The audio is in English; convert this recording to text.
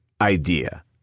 idea